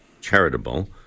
charitable